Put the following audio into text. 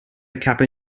kappa